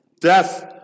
Death